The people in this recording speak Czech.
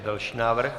Další návrh.